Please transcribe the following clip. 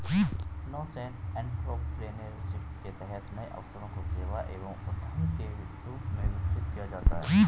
nascent entrepreneurship के तहत नए अवसरों को सेवा एवं उद्यम के रूप में विकसित किया जाता है